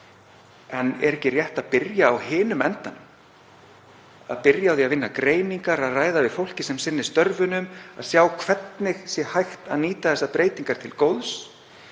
En er ekki rétt að byrja á hinum endanum, byrja á því að vinna greiningar, ræða við fólkið sem sinnir störfunum til að sjá hvernig sé hægt að nýta þessar breytingar til góðs